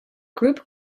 group